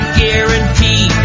guarantee